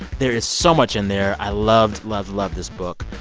there is so much in there. i loved, loved, loved this book.